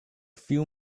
few